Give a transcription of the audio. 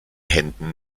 händen